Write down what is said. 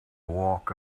walk